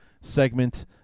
segment